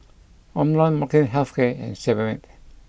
Omron Molnylcke health care and Sebamed